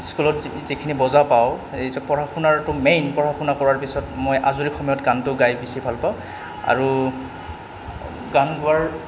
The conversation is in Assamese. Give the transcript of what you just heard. স্কুলত যিখিনি পাওঁ এই পঢ়া শুনাটো মেইন পঢ়া শুনা কৰাৰ পিছত মই আজৰি সময়ত গানটো গাই বেছি ভাল পাওঁ আৰু গান গোৱাৰ